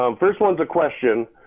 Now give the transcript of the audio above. um first one's a question.